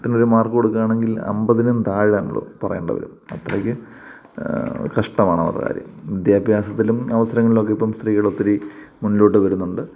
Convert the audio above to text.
പെട്ടെന്നൊരു മാർക്ക് കൊടുക്കുകയാണെങ്കിൽ അമ്പതിനും താഴെയാണല്ലോ പറയേണ്ടത് അത്രയ്ക്ക് കഷ്ടമാണവരുടെ കാര്യം വിദ്യാഭ്യാസത്തിലും അവസരങ്ങളിലുമൊക്കെ ഇപ്പം സ്ത്രീകളൊത്തിരി മുന്നിലോട്ട് വരുന്നുണ്ട്